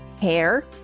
hair